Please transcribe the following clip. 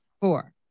Four